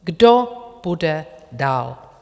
Kdo bude dál?